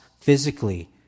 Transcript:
physically